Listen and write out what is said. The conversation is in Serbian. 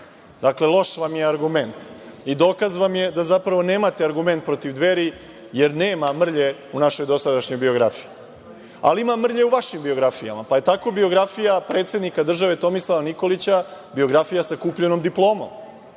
Dakle, loš vam je argument. Dokaz vam je da zapravo nemate argument protiv Dveri, jer nema mrlje u našoj dosadašnjoj biografiji. Ima mrlje u vašim biografijama, pa je tako biografija predsednika države Tomislava Nikolića biografija sa kupljenom diplomom.